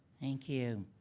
thank you.